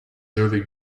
early